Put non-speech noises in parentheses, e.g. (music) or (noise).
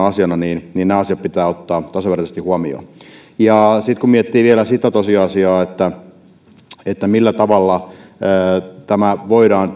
(unintelligible) asiana niin nämä asiat pitää ottaa tasavertaisesti huomioon sitten kun miettii sitä tosiasiaa millä tavalla tämä voidaan (unintelligible)